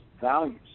values